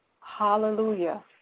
Hallelujah